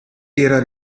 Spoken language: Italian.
era